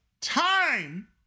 time